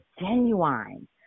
genuine